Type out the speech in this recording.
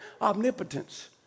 Omnipotence